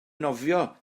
nofio